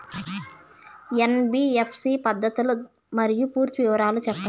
NBFC పద్ధతులు మరియు పూర్తి వివరాలు సెప్పండి?